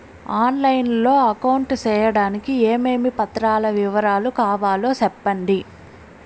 On line లో account సేయడానికి ఏమేమి పత్రాల వివరాలు కావాలో సెప్పండి?